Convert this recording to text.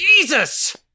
Jesus